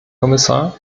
kommissar